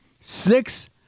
Six